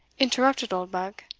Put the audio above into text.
interrupted oldbuck.